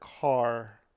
car